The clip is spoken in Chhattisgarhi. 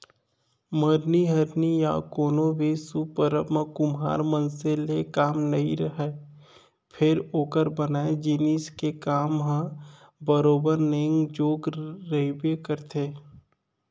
मरनी हरनी या कोनो भी सुभ परब म कुम्हार मनसे ले काम नइ रहय फेर ओकर बनाए जिनिस के काम ह बरोबर नेंग जोग रहिबे करथे